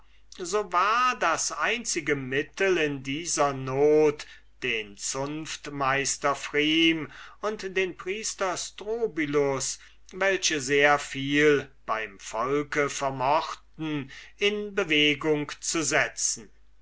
so war das einzige mittel in dieser not den zunftmeister pfrieme und den priester strobylus welche alles beim volke vermochten in bewegung zu setzen